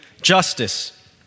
justice